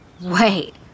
Wait